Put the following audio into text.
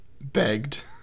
begged